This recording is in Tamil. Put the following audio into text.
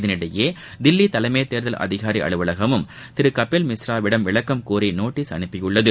இதனிடையே தில்லி தலைமை தேர்தல் அதிகாரி அலுவலகமும் திரு கபில் மிஸ்ராவிடம் விளக்கம் கோரி நோட்டீஸை அனுப்பியுள்ளது